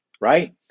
right